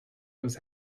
was